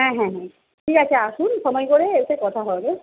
হ্যাঁ হ্যাঁ হ্যাঁ ঠিক আছে আসুন সময় করে এসে কথা হবে